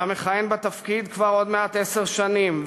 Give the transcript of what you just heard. אתה מכהן בתפקיד כבר עוד מעט עשר שנים,